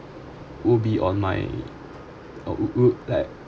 would be on my uh would would like